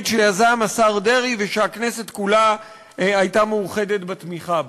שיזם השר דרעי ושהכנסת כולה הייתה מאוחדת בתמיכה בה.